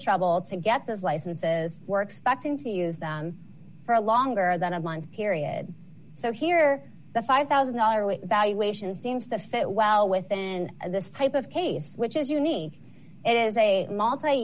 trouble to get those licenses were expecting to use them for a longer than a month period so here the five thousand dollars valuation seems to fit well with then this type of case which is unique it is a multi